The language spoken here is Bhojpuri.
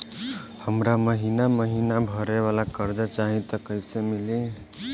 हमरा महिना महीना भरे वाला कर्जा चाही त कईसे मिली?